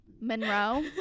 Monroe